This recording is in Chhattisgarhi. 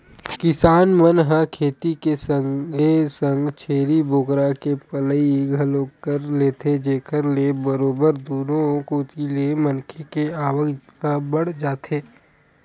किसान मन ह खेती के संगे संग छेरी बोकरा के पलई घलोक कर लेथे जेखर ले बरोबर दुनो कोती ले मनखे के आवक ह बड़ जाथे